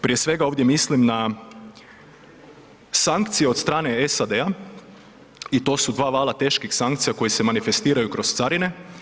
Prije svega, ovdje mislim na sankcije od strane SAD-a i to su dva vala teških sankcija koje se manifestiraju kroz carine.